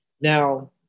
Now